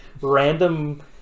random